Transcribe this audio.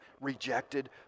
rejected